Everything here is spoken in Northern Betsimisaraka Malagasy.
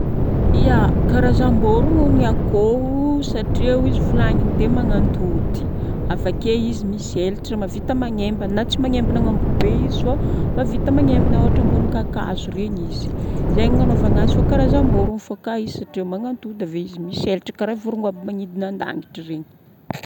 Ya, karazamborogno ny akoho satria izy volagniny teo magnantody avakeo izy misy elatra mavita magnembagna na tsy magnembana agnambo be izy fo mavita magnembana ôhatra ambony kakazo regny izy.zegny agnanovagnazy fa karazamborogno fo ka izy satria magnantody ave izy misy elatra karaha vorogno aby magnidigna andagnitry regny.